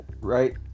right